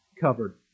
covered